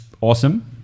awesome